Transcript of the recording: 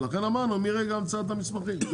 לכן אמרנו מרגע המצאת המסמכים.